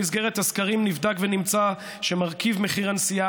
במסגרת הסקרים נבדק ונמצא שמרכיב מחיר הנסיעה